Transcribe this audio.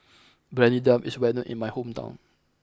Briyani Dum is well known in my hometown